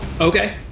Okay